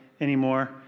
anymore